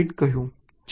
ચાલો જોઈએ શું થાય છે